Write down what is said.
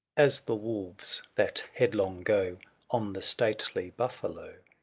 as the wolves, that headlong go on the stately buffalo.